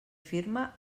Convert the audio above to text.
firma